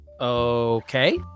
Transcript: Okay